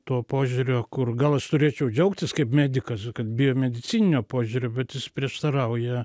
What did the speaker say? to požiūrio kur gal aš turėčiau džiaugtis kaip medikas kad biomedicininiu požiūriu bet jis prieštarauja